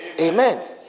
Amen